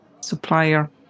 supplier